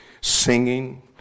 singing